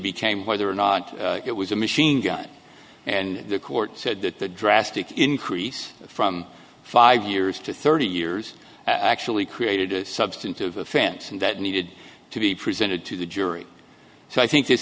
became whether or not it was a machine gun and the court said that the drastic increase from five years to thirty years actually created a substantive offense and that needed to be presented to the jury so i think this